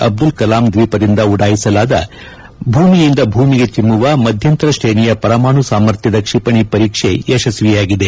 ಅಬ್ದುಲ್ ಕಲಾಂ ದ್ವೀಪದಿಂದ ಉಡಾಯಿಸಲಾದ ಮೇಲ್ಮೈಯಿಂದ ಮೇಲ್ಮೈಗೆ ಚಿಮ್ಮುವ ಮಧ್ಯಂತರ ಶ್ರೇಣಿಯ ಪರಮಾಣು ಸಾಮಥ್ರ್ದ ಕ್ಷಿಪಣಿ ಪರೀಕ್ಷೆ ಯಶಸ್ವಿಯಾಗಿದೆ